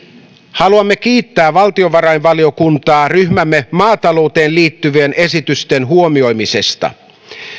haluamme kiittää valtionvarainvaliokuntaa ryhmämme maatalouteen liittyvien esitysten huomioimisesta